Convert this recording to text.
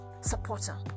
supporter